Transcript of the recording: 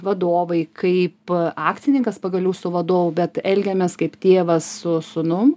vadovai kaip akcininkas pagaliau su vadovu bet elgiamės kaip tėvas su sūnum